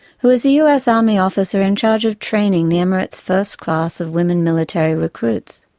who was the us army officer in charge of training the emirates' first class of women military recruits.